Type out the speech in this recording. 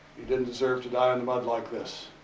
he didn't deserve to die on the mud like this.